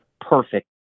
perfect